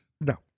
No